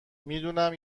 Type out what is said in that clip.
میدونم